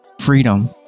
freedom